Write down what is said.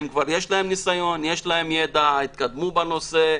יש להם ניסיון וידע, התקדמו בנושא.